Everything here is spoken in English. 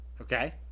okay